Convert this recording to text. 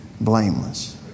blameless